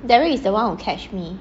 derrick is the one who catch me